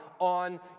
on